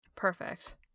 Perfect